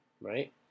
right